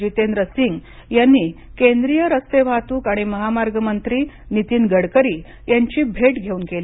जितेंद्र सिंग यांनी केंद्रीय रस्ते वाहतूक आणि महामार्ग मंत्री नितीन गडकरी यांची भेट घेऊन केली